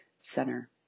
center